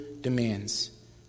demands